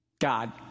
God